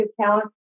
Talent